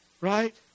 Right